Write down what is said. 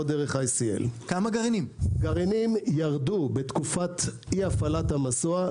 לא דרך ICL. גרעינים ירדו בתקופת אי הפעלת המסוע.